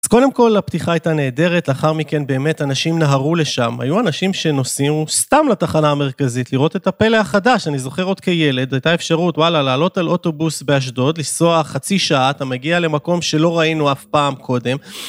אז קודם כל, הפתיחה הייתה נהדרת, לאחר מכן באמת אנשים נהרו לשם. היו אנשים שנוסעים סתם לתחנה המרכזית לראות את הפלא החדש. אני זוכר עוד כילד, הייתה אפשרות, וואלה, לעלות על אוטובוס באשדוד, לנסוע חצי שעה, אתה מגיע למקום שלא ראינו אף פעם קודם.